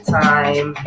time